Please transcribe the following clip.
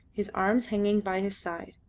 his arms hanging by his side.